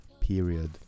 period